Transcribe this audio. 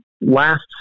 Last